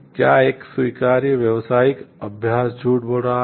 क्या एक स्वीकार्य व्यावसायिक अभ्यास झूठ बोल रहा है